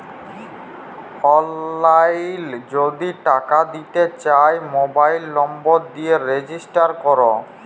অললাইল যদি টাকা দিতে চায় মবাইল লম্বর দিয়ে রেজিস্টার ক্যরে